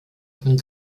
von